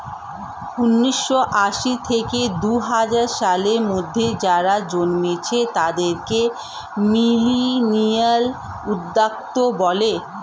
উন্নিশো আশি থেকে দুহাজার সালের মধ্যে যারা জন্মেছে তাদেরকে মিলেনিয়াল উদ্যোক্তা বলে